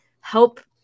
help